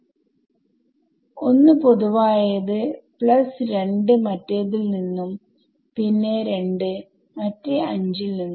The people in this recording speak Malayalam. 1 പൊതുവായത് പ്ലസ് 2 മറ്റേതിൽ നിന്നും പിന്നെ 2 മറ്റേ 5 ൽ നിന്നും